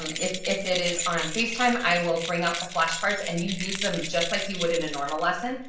um if if it is on facetime, i will bring out the flashcards and you use them just like you would in a normal lesson.